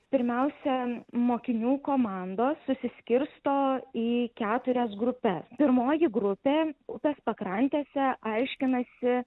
pirmiausia mokinių komandos susiskirsto į keturias grupes pirmoji grupė upės pakrantėse aiškinasi